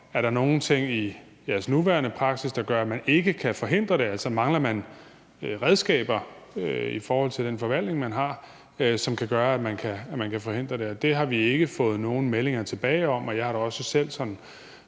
der er nogle ting i deres nuværende praksis, der gør, at man ikke kan forhindre det, altså om man mangler redskaber i forhold til den forvaltning, man har, som kan gøre, at man kan forhindre det, og det har vi ikke fået nogen meldinger tilbage om. Jeg har da også selv